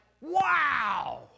wow